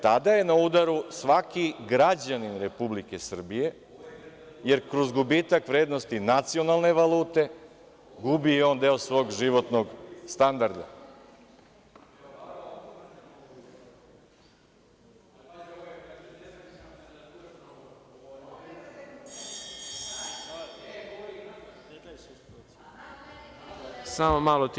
Tada je na udaru svaki građanin Republike Srbije jer kroz gubitak vrednosti nacionalne valute gubi i on deo svog životnog standarda. (Poslanici SRS dobacuju.